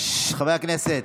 חברי הכנסת.